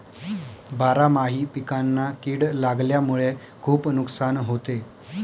बारामाही पिकांना कीड लागल्यामुळे खुप नुकसान होते